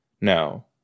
No